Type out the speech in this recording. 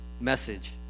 message